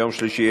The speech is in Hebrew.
יום שלישי,